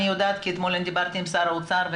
ואתמול דיברתי עם שר האוצר,